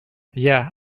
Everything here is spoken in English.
yeah